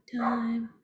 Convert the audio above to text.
time